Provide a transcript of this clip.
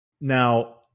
Now